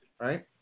right